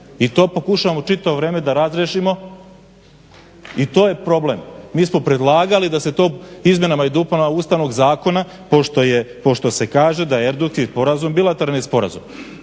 i to pokušavamo čitavo vrijeme da razriješimo i to je problem. Mi smo predlagali da se to izmjenama i dopunama Ustavnog zakona pošto se kaže da je erdutski sporazum bilateralni sporazum.